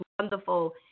Wonderful